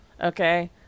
Okay